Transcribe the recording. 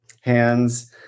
hands